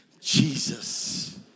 Jesus